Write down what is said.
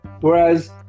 Whereas